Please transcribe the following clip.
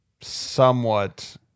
somewhat